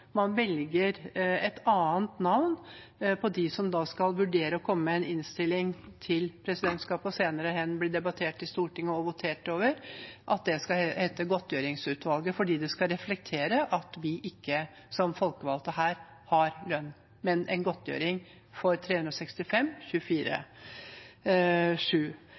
man velger et annet navn på dem som skal gjøre en vurdering og komme med en innstilling til presidentskapet, en innstilling som senere hen blir debattert i Stortinget og votert over, og at det skal hete godtgjøringsutvalget, fordi det skal reflektere at vi som folkevalgte ikke har lønn, men en godtgjøring for